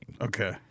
Okay